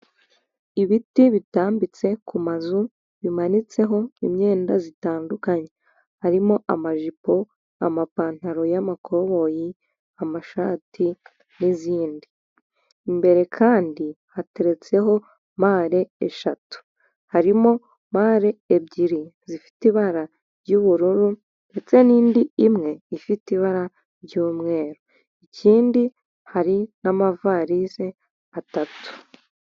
Ibiti bitambitse ku mazu bimanitseho imyenda zitandukanye. Harimo amajipo, amapantaro y'amakoboyi, amashati, n'izindi. Imbere kandi hateretseho mare eshatu. Harimo mare ebyiri zifite ibara ry'ubururu ndetse n'indi imwe ifite ibara ry'umweru. Ikindi hari n'amavarisi atatu.